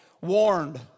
warned